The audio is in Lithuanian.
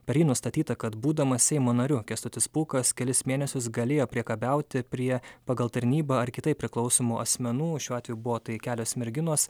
per jį nustatyta kad būdamas seimo nariu kęstutis pūkas kelis mėnesius galėjo priekabiauti prie pagal tarnybą ar kitaip priklausomų asmenų šiuo atveju buvo tai kelios merginos